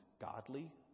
godly